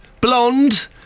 blonde